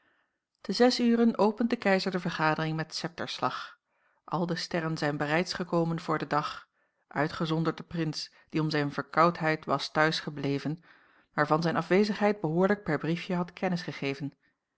te zes uren opent de keizer de vergadering met septerslag al de sterren zijn bereids gekomen voor den dag uitgezonderd de prins die om zijn verkoudheid was t'huis gebleven maar van zijn afwezigheid behoorlijk per briefje had kennis gegeven